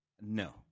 No